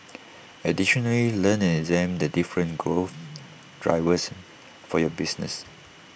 additionally learn and examine the different growth drivers for your business